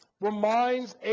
reminds